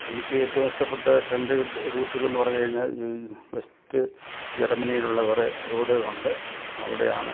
എനിക്ക് ഏറ്റവും ഇഷ്ടപ്പെട്ട റൂട്ടുകളെന്ന് പറഞ്ഞു കഴിഞ്ഞാൽ ഈ വെസ്റ്റ് ജർമ്മനിയിലുള്ള കുറേ റോഡുകളുണ്ട് അവിടെയാണ്